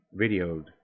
videoed